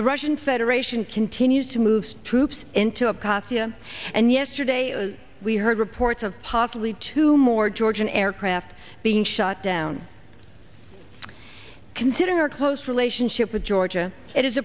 the russian federation continues to move troops into a kostya and yesterday we heard reports of possibly two more georgian aircraft being shot down considering our close relationship with georgia it is